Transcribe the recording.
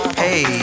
hey